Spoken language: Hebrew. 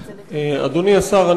אדוני השר,